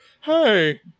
Hey